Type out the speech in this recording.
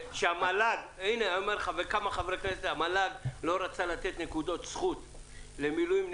שהמל"ג לא רצה לתת נקודות זכות למילואימניקים,